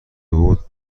بود